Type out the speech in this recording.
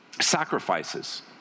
sacrifices